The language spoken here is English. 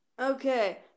okay